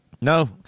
No